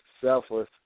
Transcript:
selfless